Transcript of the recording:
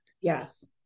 Yes